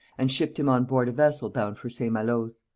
and shipped him on board a vessel bound for st. malo's.